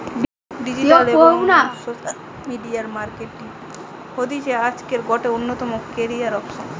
digital এবং social media marketing হতিছে আজকের গটে অন্যতম ক্যারিয়ার অপসন